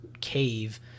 cave